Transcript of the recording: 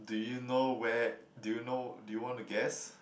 do you know where do you know do you want to guess